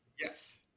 Yes